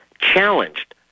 challenged